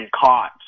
caught